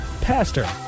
Pastor